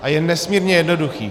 A je nesmírně jednoduchý.